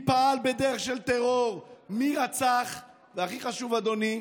מי פעל בדרך של טרור, מי רצח, והכי חשוב, אדוני,